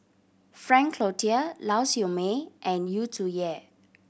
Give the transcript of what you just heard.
Frank Cloutier Lau Siew Mei and Yu Zhuye